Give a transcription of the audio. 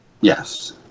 Yes